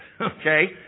Okay